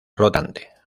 flotante